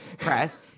press